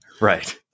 Right